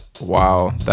Wow